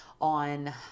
on